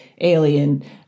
alien